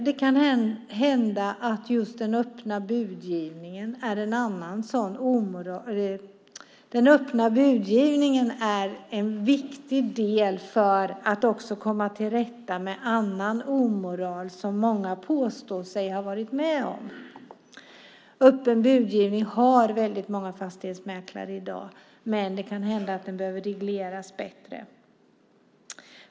Den öppna budgivningen är viktig för att komma till rätta med annan omoral som många påstår sig ha varit med om. Det är många fastighetsmäklare som i dag har öppen budgivning, men det kan hända att det behöver regleras bättre.